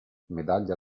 medaglia